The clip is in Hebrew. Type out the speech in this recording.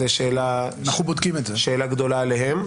זו שאלה גדולה אליהם,